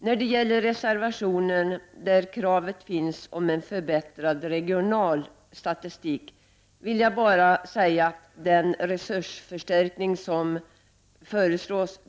Beträffande den reservation som rör kravet på en förbättrad regional statistik vill jag bara säga att vi inte kan tillstyrka den resursförstärkning som föreslås.